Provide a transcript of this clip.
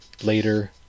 later